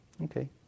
Okay